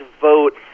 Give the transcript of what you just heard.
vote